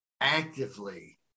actively